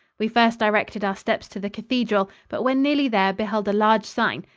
we first directed our steps to the cathedral, but when nearly there beheld a large sign,